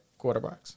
quarterbacks